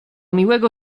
miłego